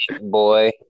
boy